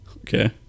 Okay